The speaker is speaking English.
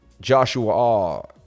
Joshua